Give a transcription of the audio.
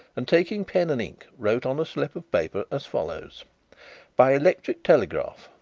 and taking pen and ink, wrote on a slip of paper as follows by electric telegraph,